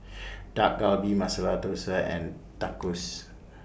Dak Galbi Masala Dosa and Tacos